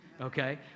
okay